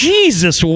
Jesus